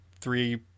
three